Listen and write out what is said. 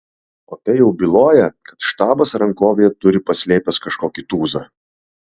o tai jau byloja kad štabas rankovėje turi paslėpęs kažkokį tūzą